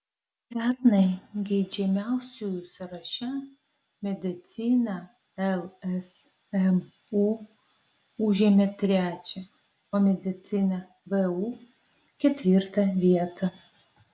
pernai geidžiamiausiųjų sąraše medicina lsmu užėmė trečią o medicina vu ketvirtą vietą